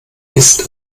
ist